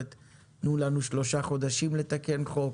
תבקשו שלושה חודשים לתקן חוק,